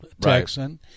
Texan